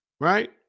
Right